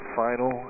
final